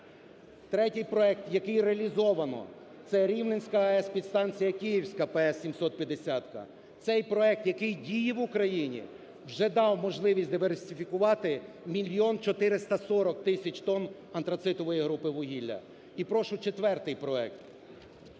Третій проект, який реалізовано, це Рівненська АЕС, підстанція Київська ПС 750. Цей проект, який діє в Україні, вже дав можливість диверсифікувати 1 мільйон 440 тисяч тонн антрацитової групи вугілля. І прошу четвертий проект.